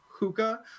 hookah